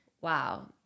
wow